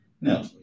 No